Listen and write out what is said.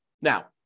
Now